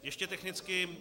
Ještě technicky.